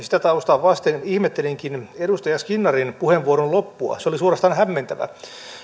sitä taustaa vasten ihmettelinkin edustaja skinnarin puheenvuoron loppua se oli suorastaan hämmentävä